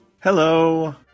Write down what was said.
Hello